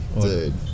dude